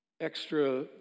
extra